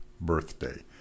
birthday